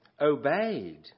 obeyed